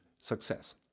success